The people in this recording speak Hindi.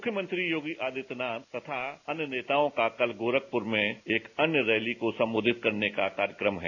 मुख्यमंत्री योगी आदित्यनाथ तथा अन्य नेताओं का कल गोरखपुर में एक अन्य रैली को संबोधित करने का कार्यक्रम है